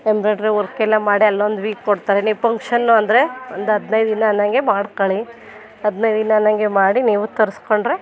embroidery ವರ್ಕೆಲ್ಲ ಮಾಡಿ ಅಲ್ಲೊಂದ್ ವೀಕ್ ಕೊಡ್ತಾರೆ ನೀವು ಪಂಕ್ಷನ್ನು ಅಂದರೆ ಒಂದು ಹದ್ನೈದು ದಿನ ಅನ್ನೋಂಗೆ ಮಾಡ್ಕೊಳ್ಳಿ ಹದ್ನೈದು ದಿನ ಅನ್ನೋಂಗೆ ಮಾಡಿ ನೀವು ತರಿಸ್ಕೊಂಡ್ರೆ